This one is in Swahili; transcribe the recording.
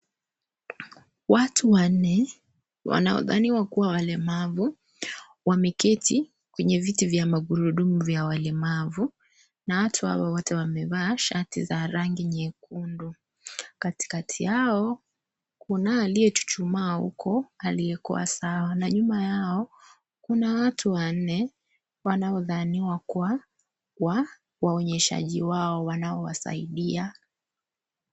Watu wanne wanaodhaniwa kuwa walemavu wameketi kwenye viti vya magurudumu vya walemavu na watu hawa wote wamevaa shati za rangi nyekundu katikati yao kunaye aliyechuchuma huko aliyekuwa sawa na nyuma yao kuna watu wanne wanaodhaniwa kuwa waonyeshaji wao wanaowasaidia.